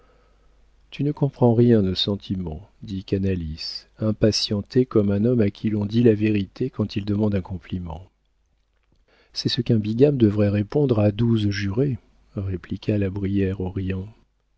tu ne comprends rien aux sentiments dit canalis impatienté comme un homme à qui l'on dit la vérité quand il demande un compliment c'est ce qu'un bigame devrait répondre à douze jurés répliqua la brière